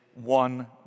one